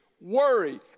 worry